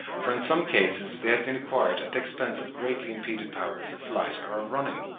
for in some cases they have been acquired at the expense of greatly impeded powers of flight or of running.